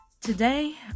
Today